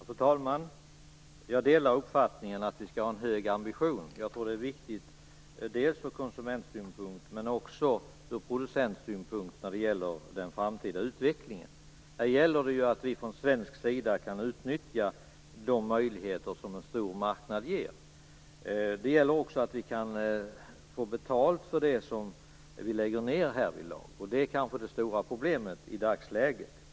Fru talman! Jag delar uppfattningen att vi skall ha en hög ambition. Jag tror att det är viktigt ur konsumentsynpunkt men också ur producentsynpunkt när det gäller den framtida utvecklingen. Det gäller ju att vi från svensk sida kan utnyttja de möjligheter som en stor marknad ger. Det gäller också att vi kan få betalt för det som vi lägger ned härvidlag. Det är kanske det stora problemet i dagsläget.